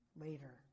later